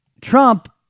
Trump